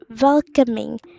welcoming